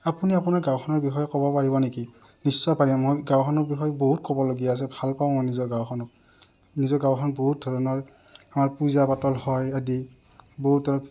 আপুনি আপোনাৰ গাঁওখনৰ বিষয়ে ক'ব পাৰিব নেকি নিশ্চয় পাৰিম মই গাঁওখনৰ বিষয়ে বহুত ক'বলগীয়া আছে ভাল পাওঁ মই নিজৰ গাঁওখনক নিজৰ গাঁওখন বহুত ধৰণৰ আমাৰ পূজা পাতল হয় আদি বহুত